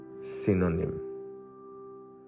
synonym